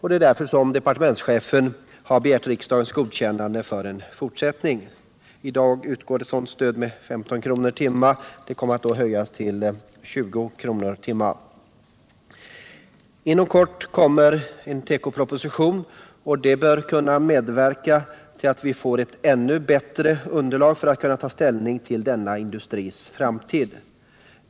Det är därför som departementschefen har begärt riksdagens godkännande för en fortsättning. I dag utgår sådant stöd med 15 kr. timme. Inom kort kommer en tekoproposition, och det bör kunna medverka till att vi får ett ännu bättre underlag för att kunna ta ställning till denna industris framtid.